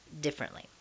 differently